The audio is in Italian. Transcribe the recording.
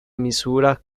misura